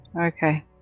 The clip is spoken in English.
Okay